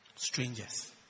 Strangers